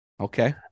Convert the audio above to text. Okay